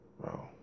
bro